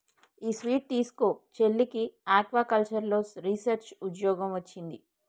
ఈ స్వీట్ తీస్కో, చెల్లికి ఆక్వాకల్చర్లో రీసెర్చ్ ఉద్యోగం వొచ్చింది